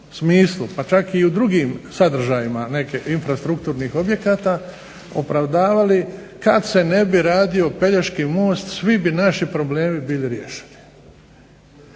pa čak i u drugim sadržajima nekih infrastrukturnih objekata opravdavali kada se ne bi radio Pelješki most svi bi naši problemi bili riješeni.